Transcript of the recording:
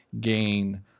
gain